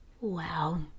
Wow